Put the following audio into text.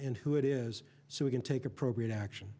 and who it is so we can take appropriate action